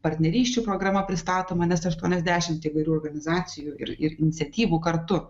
partnerysčių programa pristatoma nes aštuoniasdešimt įvairių organizacijų ir ir iniciatyvų kartu